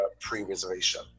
pre-reservation